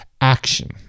action